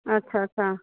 अच्छा अच्छा